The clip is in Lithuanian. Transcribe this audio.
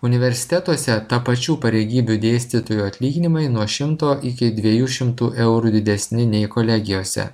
universitetuose tapačių pareigybių dėstytojų atlyginimai nuo šimto iki dviejų šimtų eurų didesni nei kolegijose